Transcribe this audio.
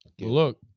Look